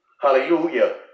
hallelujah